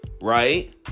Right